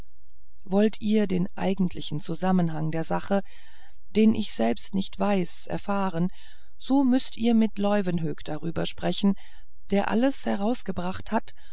wollt ihr den eigentlichen liefern zusammenhang der sache den ich selbst nicht weiß erfahren so müßt ihr mit leuwenhoek darüber sprechen der alles herausgebracht hat